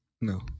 No